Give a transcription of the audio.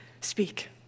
speak